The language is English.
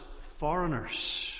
foreigners